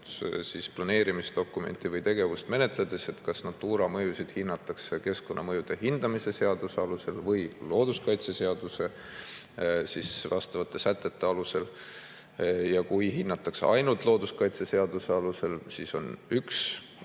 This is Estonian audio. planeerimisdokumenti või tegevust menetledes, kas Natura mõjusid hinnatakse keskkonnamõjude hindamise seaduse alusel või looduskaitseseaduse vastavate sätete alusel, ja kui hinnatakse ainult looduskaitseseaduse alusel, siis on üks